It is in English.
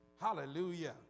Hallelujah